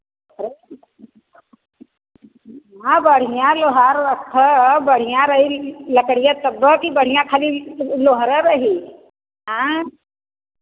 वहाँ बढिया लोहार रखे हैं बढ़िया रही लकड़ियाँ तब्बे की बढ़िया खाली लोहरे रही आएँ